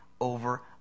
over